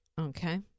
Okay